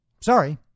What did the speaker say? Sorry